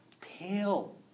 Pale